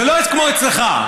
זה לא כמו אצלך.